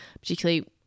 particularly